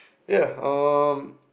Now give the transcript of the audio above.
ya um